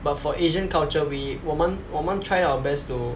but for asian culture we 我们我们 try our best to